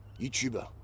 YouTuber